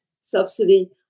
subsidy